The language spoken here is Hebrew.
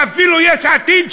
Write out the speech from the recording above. ואפילו יש עתיד,